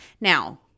now